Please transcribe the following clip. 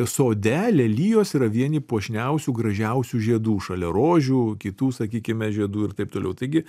sode lelijos yra vieni puošniausių gražiausių žiedų šalia rožių kitų sakykime žiedų ir taip toliau taigi